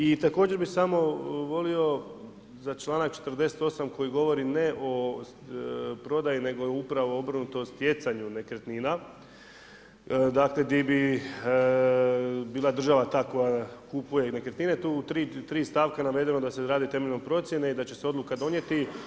I također bi samo volio za članak 48. koji govori ne o prodaji, nego upravo obrnuto stjecanju nekretnina, dakle, di bi bila država ta koja kupuje nekretnine, tu je u 3 stavka navedeno da se radi temeljom procjene i da će se odluka donijeti.